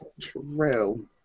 True